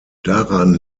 daran